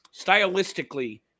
Stylistically